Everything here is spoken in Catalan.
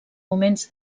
moments